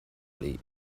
leave